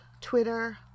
Twitter